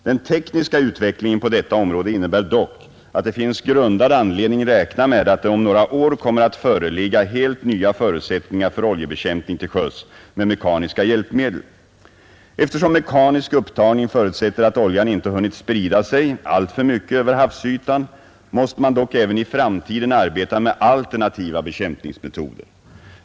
Den tekniska utvecklingen på detta område innebär dock att det finns grundad anledning räkna med att det om några år kommer att föreligga helt nya förutsättningar för oljebekämpning till sjöss med mekaniska hjälpmedel. Eftersom mekanisk upptagning förutsätter att oljan inte hunnit sprida sig alltför mycket över havsytan, måste man dock även i framtiden arbeta med alternativa bekämpningsmetoder.